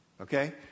Okay